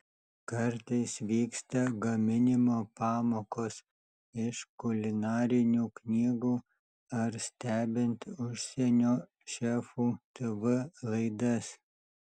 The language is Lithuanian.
kartais vyksta gaminimo pamokos iš kulinarinių knygų ar stebint užsienio šefų tv laidas